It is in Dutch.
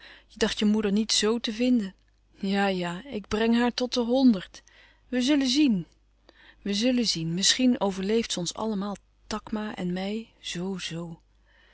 dacht je moeder niet zo te vinden ja ja ik breng haar tot de honderd we zullen zien we zullen zien misschien overleeft ze ons allemaal takma en mij zoo-zoo